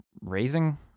raising